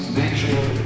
nature